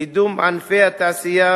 קידום ענפי התעשייה